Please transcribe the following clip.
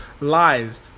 lies